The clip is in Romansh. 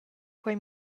quei